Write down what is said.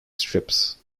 strips